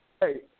Hey